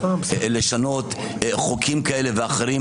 לשנות חוקים כאלה ואחרים,